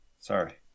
Sorry